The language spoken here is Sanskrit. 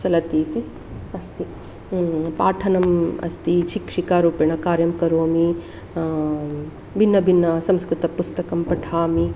चलति इति अस्ति पाठनम् अस्ति शिक्षिकारूपेण कार्यं करोमि भिन्नभिन्न संस्कृतपुस्तकं पठामि